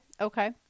okay